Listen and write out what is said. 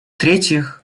третьих